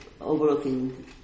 overlooking